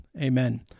Amen